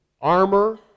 armor